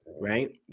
right